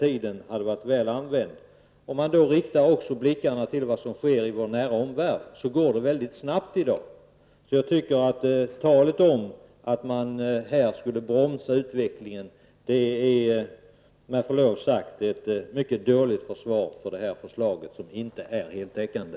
I vår nära omvärld går utvecklingen mycket snabbt på detta område. Talet om att man här försöker bromsa utvecklingen tycker jag med förlov sagt är ett dåligt förvar för detta förslag, som inte är heltäckande.